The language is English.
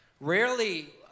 rarely